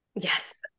Yes